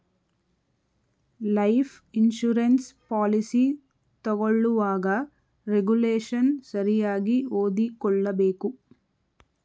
life insurance policy ತಗೊಳ್ಳುವಾಗ regulation ಸರಿಯಾಗಿ ಓದಿಕೊಳ್ಳಬೇಕು